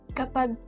kapag